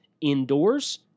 indoors